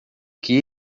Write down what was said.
que